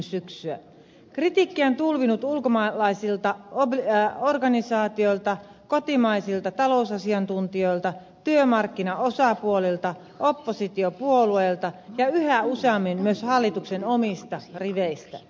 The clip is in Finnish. kritiikkiä on tulvinut ulkomaalaisilta organisaatioilta kotimaisilta talousasiantuntijoilta työmarkkinaosapuolilta oppositiopuolueilta ja yhä useammin myös hallituksen omista riveistä